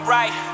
right